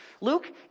Luke